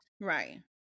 right